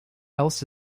else